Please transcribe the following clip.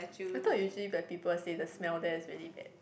I thought usually the people say the smell there is really bad